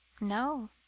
No